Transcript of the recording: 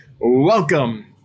Welcome